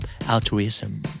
altruism